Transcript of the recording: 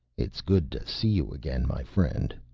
it is good to see you again, my friend.